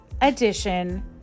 edition